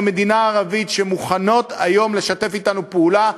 מדינה ערבית שמוכנות היום לשתף אתנו פעולה.